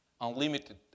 unlimited